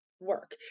work